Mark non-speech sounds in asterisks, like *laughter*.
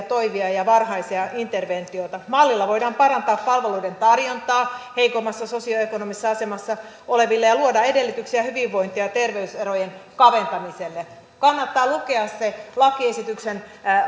*unintelligible* toimia ja ja varhaisia interventioita mallilla voidaan parantaa palveluiden tarjontaa heikommassa sosioekonomisessa asemassa oleville ja luoda edellytyksiä hyvinvointi ja terveyserojen kaventamiselle kannattaa lukea se lakiesityksen